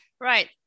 Right